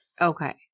Okay